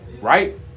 right